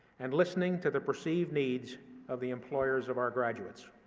and listening to the perceived needs of the employers of our graduates.